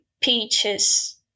peaches